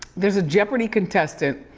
there's a jeopardy contestant,